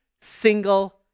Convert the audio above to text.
single